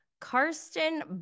Karsten